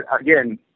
again